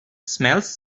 smells